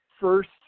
first